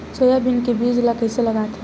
Soybean के बीज ल कइसे लगाथे?